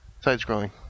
side-scrolling